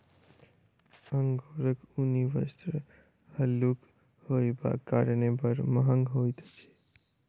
अंगोराक ऊनी वस्त्र हल्लुक होयबाक कारणेँ बड़ महग होइत अछि